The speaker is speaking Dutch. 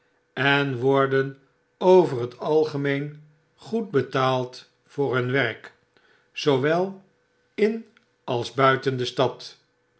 en women over het algemeen goed betaald voor hun werk zoowel in als buiten de stad